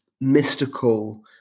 mystical